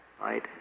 right